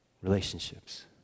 relationships